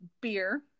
beer